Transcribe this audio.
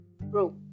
bro